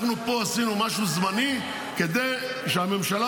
אנחנו עשינו פה משהו זמני כדי שהממשלה